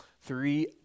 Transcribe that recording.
Three